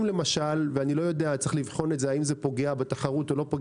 אם למשל - צריך לבחון אם זה פוגע בתחרות או לא,